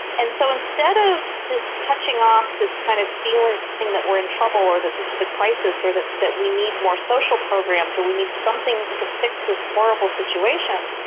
and so instead of this touching off this kind of feeling that we are in trouble or that this is a crisis or that that we need more social programs or we need something to fix this horrible situation,